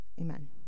Amen